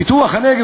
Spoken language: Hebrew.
פיתוח הנגב,